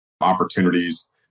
opportunities